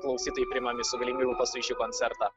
klausytojai priimami su galimybių pasu į šį koncertą